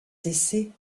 d’essais